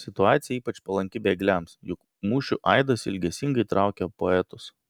situacija ypač palanki bėgliams juk mūšių aidas ilgesingai traukia poetus